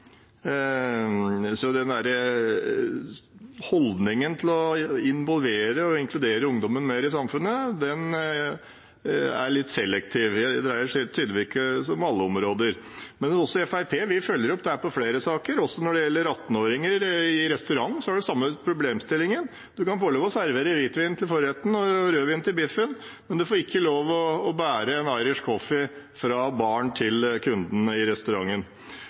Så holdningen til å involvere og inkludere ungdommen mer i samfunnet er litt selektiv. Det gjelder tydeligvis ikke på alle områder. Vi i Fremskrittspartiet følger opp dette i flere saker. Når det gjelder 18-åringer i restaurant, er det den samme problemstillingen. De får lov til å servere hvitvin til forretten og rødvin til biffen, men de får ikke lov til å bære en irish coffee fra baren til kunden i restauranten.